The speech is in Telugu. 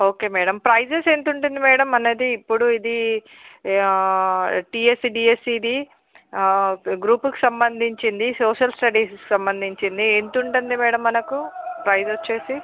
ఓకే మేడం ప్రైసస్ ఎంతుంటుంది మేడం మనది ఇప్పుడు ఇది టీఎస్డిఎస్సిది గ్రూప్కి సంబంధించింది సోషల్ స్టడీస్కి సంబంధించింది ఎంతుంటుంది మేడం మనకు ప్రైస్ వచ్చి